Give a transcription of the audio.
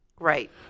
Right